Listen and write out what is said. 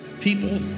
people